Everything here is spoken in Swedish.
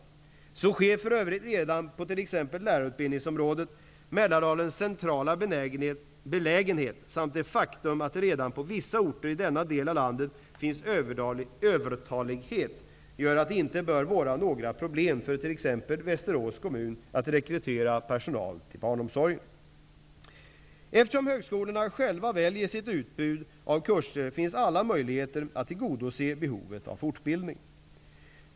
Så sker för övrigt redan t.ex. på lärarutbildningsområdet. Mälardalens centrala belägenhet samt det faktum att det redan på vissa orter i denna del av landet finns övertalighet gör att det inte bör vara några problem för t.ex. Västerås kommun att rekrytera personal till barnomsorgen. Eftersom högskolorna själva väljer sitt utbud av kurser, finns alla möjligheter att tillgodose behovet av fortbildning.